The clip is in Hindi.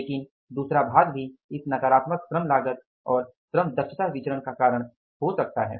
लेकिन दूसरा भाग भी इस नकारात्मक श्रम लागत और श्रम दक्षता विचरण का कारण हो सकता है